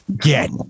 get